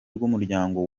rw’umuryango